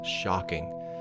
shocking